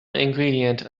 ingredient